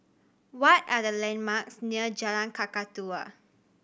what are the landmarks near Jalan Kakatua